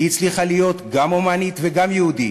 היא הצליחה להיות גם הומנית וגם יהודית,